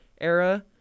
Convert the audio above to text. era